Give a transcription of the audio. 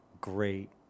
great